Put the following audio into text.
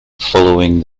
following